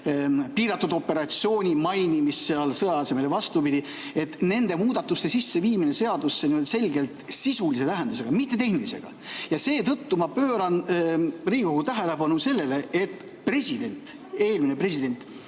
piiratud operatsiooni mainimist sõja asemel ja vastupidi – et nende muudatuste sisseviimine seadusesse on selgelt sisulise tähendusega, mitte tehnilisega. Ja seetõttu ma pööran Riigikogu tähelepanu sellele, et eelmine president